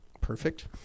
Perfect